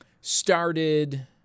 started –